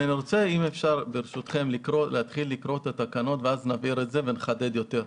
ברשותכם אני מציע שנקרא את התקנות ואז נבהיר ונחדד יותר.